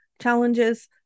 challenges